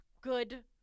good